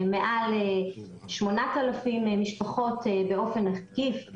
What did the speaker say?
מעל 8,000 משפחות באופן עקיף.